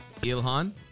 Ilhan